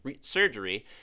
Surgery